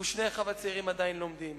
ושני אחיו הצעירים עדיין לומדים.